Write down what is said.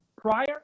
prior